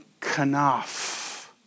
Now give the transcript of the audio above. kanaf